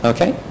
Okay